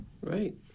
Right